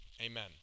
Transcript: Amen